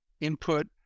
input